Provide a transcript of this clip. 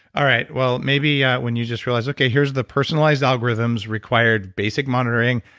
all right, well maybe yeah when you just realize okay, here's the personalized algorithms required basic monitoring.